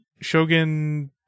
Shogun